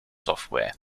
software